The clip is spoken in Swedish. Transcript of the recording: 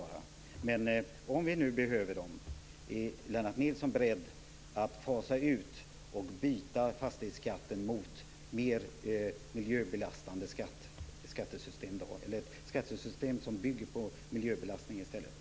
är han också beredd att fasa ut fastighetsskatten och ersätta den med ett skattesystem som i stället bygger på miljöbelastningen.